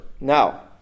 Now